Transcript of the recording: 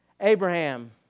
Abraham